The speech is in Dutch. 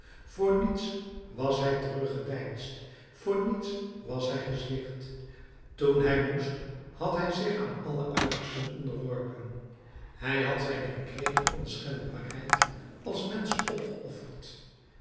voor niets was hij teruggedeinsd voor niets was hij gezwicht toen hij moest had hij zich aan alle uitersten onderworpen hij had zijn herkregen onschendbaarheid als mensch opgeofferd